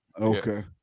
okay